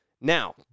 Now